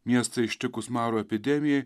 miestą ištikus maro epidemijai